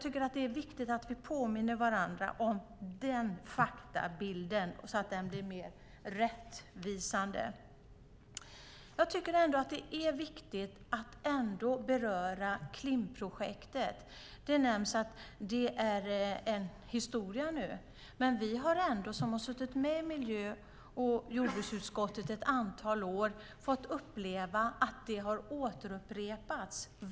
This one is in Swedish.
Det är viktigt att vi påminner varandra om den faktabilden så att den blir mer rättvisande. Det är viktigt att ändå beröra Klimpprojektet. Det nämns att det är historia nu. Vi som har suttit med i miljö och jordbruksutskottet ett antal år har fått uppleva att det har återupprepats.